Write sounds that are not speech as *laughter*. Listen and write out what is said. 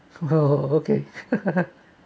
oh okay *laughs*